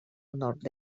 nord